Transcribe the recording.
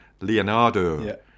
Leonardo